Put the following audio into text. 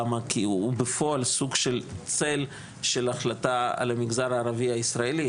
כי הוא בפועל סוג של צל של החלטה על המגזר הערבי הישראלי.